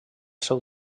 seu